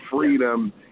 freedom